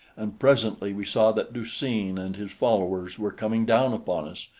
and presently we saw that du-seen and his followers were coming down upon us.